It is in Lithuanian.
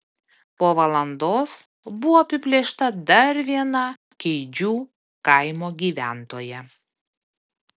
po valandos buvo apiplėšta dar viena keidžių kaimo gyventoja